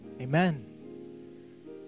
Amen